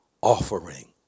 offering